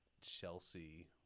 Chelsea